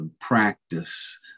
practice